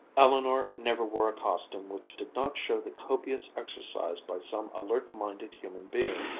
eleanor never wore a costume which did not show the copious exercise by some alert-minded human being,